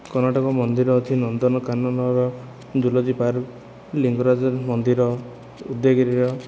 କର୍ଣ୍ଣାଟକ ମନ୍ଦିର ଅଛି ନନ୍ଦନକାନନର ଜୁଲୋଜି ପାର୍କ ଲିଙ୍ଗରାଜ ମନ୍ଦିର ଉଦୟଗିରିର